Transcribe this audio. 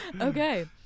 Okay